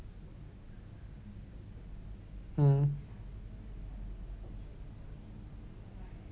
mm